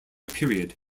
period